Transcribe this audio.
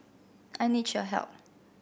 I need your help